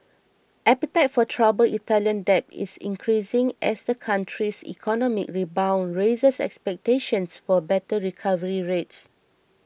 appetite for troubled Italian debt is increasing as the country's economic rebound raises expectations for better recovery rates